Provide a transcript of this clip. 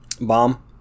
bomb